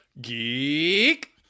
Geek